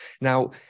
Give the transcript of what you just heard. now